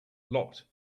locked